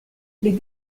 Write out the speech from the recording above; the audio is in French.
les